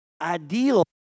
ideal